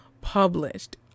published